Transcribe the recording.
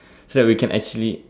so we can actually